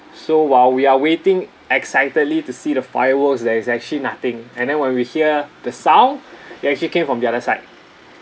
so while we are waiting excitedly to see the fireworks there's actually nothing and then when we hear the sound it actually came from the other side